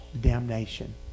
damnation